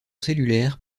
cellulaire